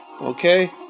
Okay